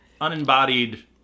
unembodied